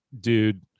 dude